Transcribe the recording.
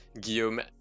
Guillaume